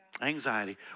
Anxiety